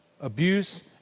Abuse